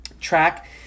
Track